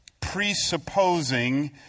presupposing